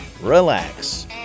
relax